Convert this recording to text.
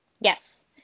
Yes